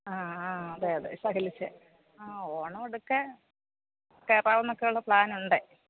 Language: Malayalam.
ആ ആ അതെയതെ പലിശ ആ ഓണടുക്കെ കയറാവുന്നൊക്കെയുള്ള പ്ലാനൊണ്ട്